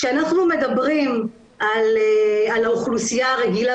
כשאנחנו מדברים על האוכלוסייה הרגילה,